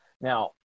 now